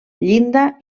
llinda